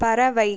பறவை